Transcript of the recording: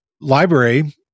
library